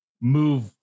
move